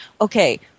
okay